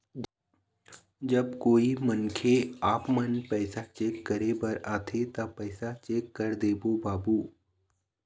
जब कोई मनखे आपमन पैसा चेक करे बर आथे ता पैसा चेक कर देबो बाबू?